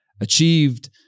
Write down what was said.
achieved